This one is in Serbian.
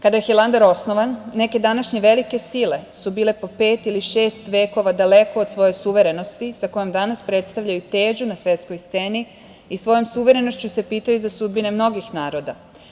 Kada je Hilandar osnovan, neke današnje velike sile su bile po pet ili šest vekova daleko od svoje suverenosti sa kojom danas predstavljaju težu na svetskoj sceni i svojom suverenošću se pitanju za sudbine mnogih naroda.